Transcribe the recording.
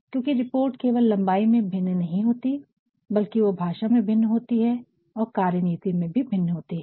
क्योंकि रिपोर्ट केवल लम्बाई में ही भिन्न नहीं होती है बल्कि वो भाषा में भिन्न होती है और कार्यनीति में भी भिन्न होती है